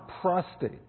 prostate